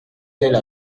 telle